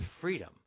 freedom